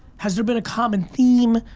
has there been a common theme,